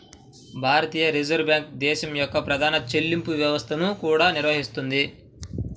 భారతీయ reserve bank దేశం యొక్క ప్రధాన చెల్లింపు వ్యవస్థలను కూడా నిర్వహిస్తుంది